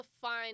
fine